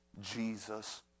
jesus